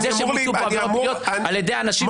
על זה שבוצעו פה עבירות פליליות על ידי אנשים שאחראים פה.